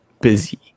busy